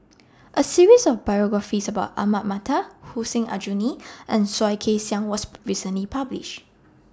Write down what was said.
A series of biographies about Ahmad Mattar Hussein Aljunied and Soh Kay Siang was recently published